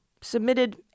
submitted